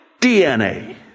DNA